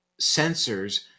sensors